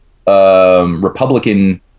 Republican